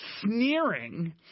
Sneering